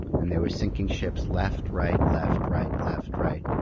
and they were sinking ships left, right, left, right, left right.